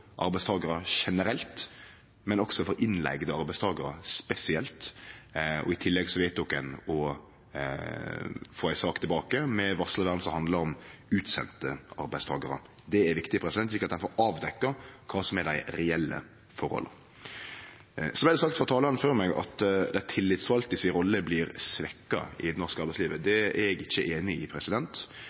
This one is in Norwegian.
arbeidstakarar spesielt. I tillegg vedtok ein å få ei sak tilbake med varslarvern for utsende arbeidstakarar. Det er viktig, slik at ein får avdekt kva som er dei reelle forholda. Så vart det sagt av talaren før meg at rolla til dei tillitsvalde blir svekt i det norske arbeidslivet. Det er eg ikkje einig i.